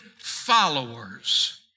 followers